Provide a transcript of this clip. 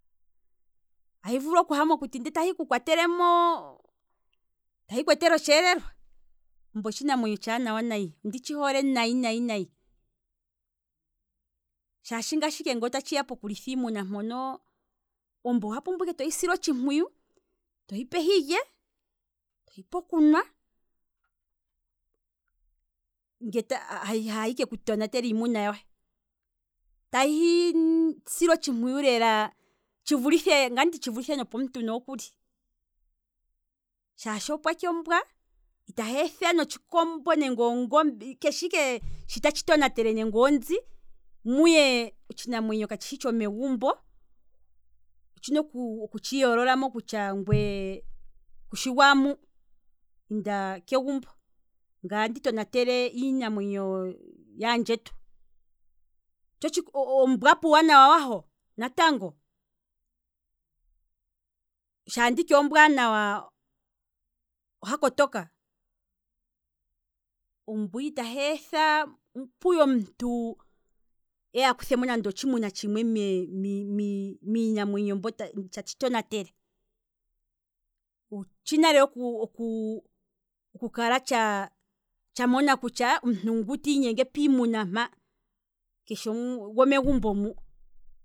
Ahi vulu okuha mokuti ndele tahi ku kwatelemo, ahi kweetele otsheelelwa, ombwa otshinamwenyo otshaanawa nayi nayi, onditshi hole nayi, shaashi ngoo ta tshiya poku litha iimuna mponooo, ombwa oha pumbwa ike tohi sile otshimpuyu, to hipe hilye, to hipe okunwa, ho tahi keku tonatela iimuna yohe, tahi silwa otshimpuyu lela tshi vulithe. ngaye otste tshi vulithe nopomuntu nokuli, shaashi ombwa itahi etha nande kutya otshikombo kutya ongombe kutya onzi, keshe ike shoka tahi tona tele itahi etha muye otshinamwenyo shoka katshi tshi tshomegumbo, otshina okutshi yoololamo kutya ngweye kushi gwaamu inda kegumbo ngaye ote tona tele iinamwe yaandjetu, ombwa puuwanawa waho natango, shaa nditi ombwaanawa oha kotoka, ombwa itahi etha puye omuntu akuthemo otshinamwenyo tshimwe mi- mi- mi- miinamwenyo mbyo tatshi tonatele, otshina lela oku kala tsha mona kutya, omuntu ngu tiinyenge piimuna mpa, keshi gomegumbo mu